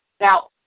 Now